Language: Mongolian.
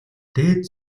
дээд